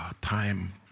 Time